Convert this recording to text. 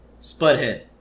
Spudhead